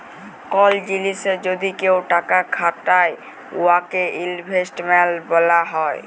call জিলিসে যদি কেউ টাকা খাটায় উয়াকে ইলভেস্টমেল্ট ব্যলা হ্যয়